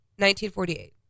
1948